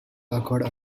occurred